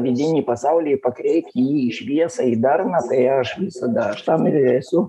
vidinį pasaulį pakreipti jį į šviesą į darną tai aš visada aš tam ir esu